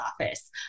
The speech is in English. office